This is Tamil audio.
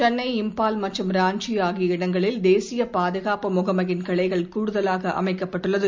சென்னை இம்பால் மற்றும் ராஞ்சி ஆகிய இடங்களில் தேசிய பாதுகாப்பு முகமையின் கிளைகள் கூடுதலாக அமைக்கப்பட்டுள்ளது